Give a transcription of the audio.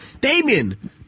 Damien